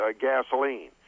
gasoline